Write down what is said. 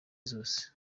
zose